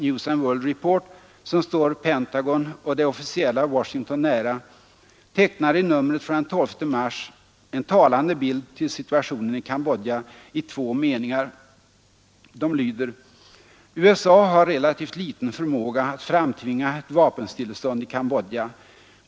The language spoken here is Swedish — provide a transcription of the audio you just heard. News & World Report, som står Pentagon och det officiella Washington nära, tecknade i numret av den 12 mars en talande bild av situationen i Kambodja i två meningar: ”USA har relativt liten förmåga att framtvinga ett vapenstillestånd i Kambodja.